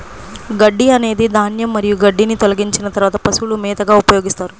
గడ్డి అనేది ధాన్యం మరియు గడ్డిని తొలగించిన తర్వాత పశువుల మేతగా ఉపయోగిస్తారు